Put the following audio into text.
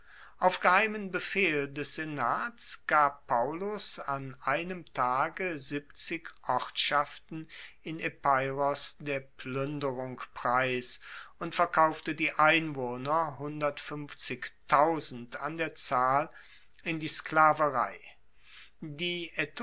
auf geheimen befehl des senats gab paullus an einem tage siebzig ortschaften in epeiros der pluenderung preis und verkaufte die einwohner an der zahl in die sklaverei die